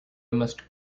must